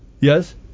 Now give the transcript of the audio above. Yes